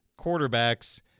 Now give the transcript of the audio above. quarterbacks